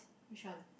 which one